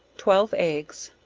twelve eggs,